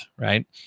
right